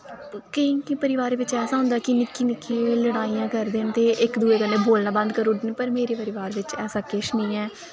केईं केईं परोआरें बिच ऐसा होंदा के निक्की निक्की लड़ाईयां करदे न ते इक दुए कन्नै बोलना बंद करी ओड़दे न पर मेरे परोआर बिच ऐसा किश निं ऐ